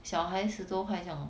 小孩子十多块这样 lor